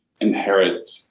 inherit